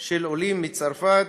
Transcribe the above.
של עולים מצרפת,